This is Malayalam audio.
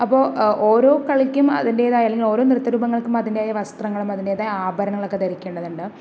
അപ്പോൾ ഓരോ കളിക്കും അതിൻ്റെതായ അല്ലെങ്കിൽ ഓരോ നൃത്ത രൂപങ്ങൾക്കും അതിൻ്റെതായ വസ്ത്രങ്ങളും അതിൻ്റെതായ ആഭരണങ്ങളും ഒക്കെ ധരിക്കേണ്ടതുണ്ട്